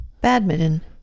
Badminton